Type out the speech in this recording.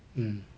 mm